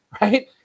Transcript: Right